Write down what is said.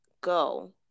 go